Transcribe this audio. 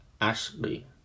Ashley